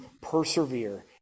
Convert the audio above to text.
persevere